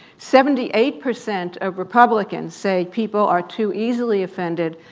seventy eight percent of republicans say people are too easily offended,